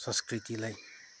संस्कृतिलाई